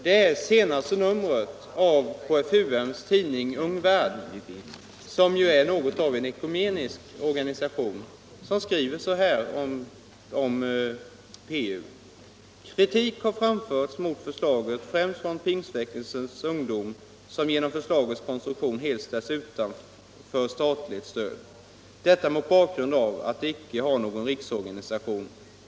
Det senaste numret av KFUM:s tidning Ung Värld — KFUM är ju något av en ekumenisk organisation — skriver om PU: ”Kritik har framförts mot förslaget främst från Pingstväckelsens ungdom som genom förslagets konstruktion helt ställs utanför statligt stöd. Detta mot bakgrund av att de icke har någon riksorganisation.